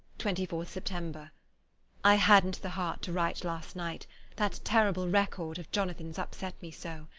twenty four september i hadn't the heart to write last night that terrible record of jonathan's upset me so.